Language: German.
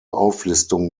auflistung